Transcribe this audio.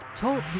Talk